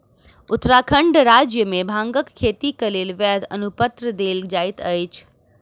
उत्तराखंड राज्य मे भांगक खेती के लेल वैध अनुपत्र देल जाइत अछि